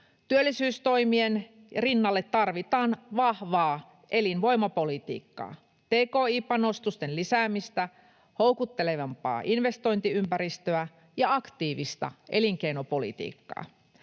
Työllisyystoimien rinnalle tarvitaan vahvaa elinvoimapolitiikkaa: tki-panostusten lisäämistä, houkuttelevampaa investointiympäristöä ja aktiivista elinkeinopolitiikkaa.